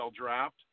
draft